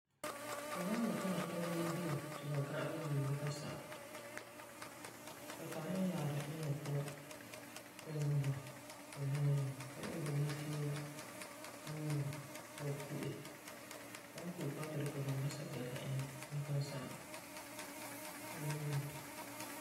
Fu san bɔta fu dikɛ nɛnɔ biŋe ti ba ga'arɛ yue gee ka sagum, fu ta'am iŋɛ yaarum iŋɛ ba puan ũulɛ ba. Ɛɛn hɛɛn, fu wan iŋɛ bugum la fiin wa ũulɛ ba ti ba ku'e. Ba san ku'e paa ti fu dikɛ ba biŋe, sɛsɛla kan iŋɛ ba. Ba kan sa'am. Mm.